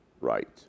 right